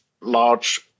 large